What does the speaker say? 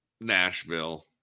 Nashville